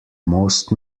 most